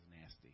nasty